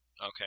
Okay